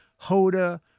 Hoda